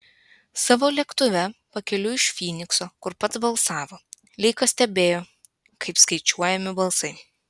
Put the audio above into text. savo lėktuve pakeliui iš fynikso kur pats balsavo leikas stebėjo kaip skaičiuojami balsai